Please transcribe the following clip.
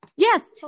Yes